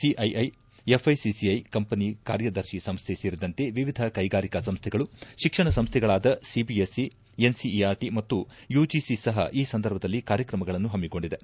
CII FICCI company ಕಾರ್ಯದರ್ಶಿ ಸಂಸ್ಟೆ ಸೇರಿದಂತೆ ವಿವಿಧ ಕ್ಟೆಗಾರಿಕಾ ಸಂಸ್ಥೆಗಳು ಶಿಕ್ಷಣ ಸಂಸ್ಥೆಗಳಾದ ಸಿಬಿಎಸ್ಇ ಎನ್ಸಿಇಆರ್ಟಿ ಮತ್ತು ಯುಜಿಸಿ ಸಹ ಈ ಸಂದರ್ಭದಲ್ಲಿ ಕಾರ್ಯಕ್ರಮಗಳನ್ನು ಹಮ್ಮಿಕೊಂಡಿವೆ